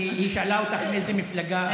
כי היא שאלה אותך מאיזו מפלגה את.